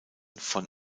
von